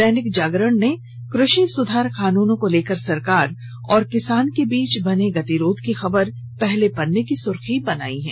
दैनिक जागरण ने कृषि सुधार कानूनों को लेकर सरकार और किसान के बीच बने गतिरोध की खबर को पहले पन्ने की सुर्खी बनायी है